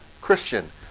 Christian